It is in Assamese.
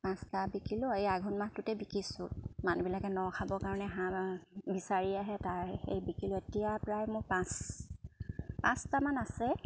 পাঁচটা বিকিলোঁ এই আঘোণ মাহটোতে বিকিছোঁ মানুহবিলাকে নখাবৰ কাৰণে হাঁহ বিচাৰি আহে তাৰ এই বিকিলোঁ এতিয়া প্ৰায় মোৰ পাঁচ পাঁচটামান আছে